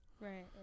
Right